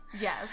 Yes